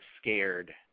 scared